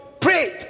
Pray